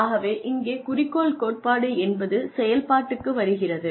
ஆகவே இங்குக் குறிக்கோள் கோட்பாடு என்பது செயல்பாட்டுக்கு வருகிறது